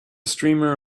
streamer